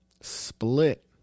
Split